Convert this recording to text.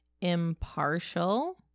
Impartial